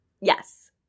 Yes